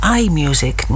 iMusic